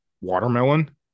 watermelon